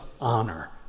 honor